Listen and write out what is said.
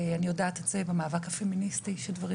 אני יודעת את זה מהמאבק הפמיניסטי שדברים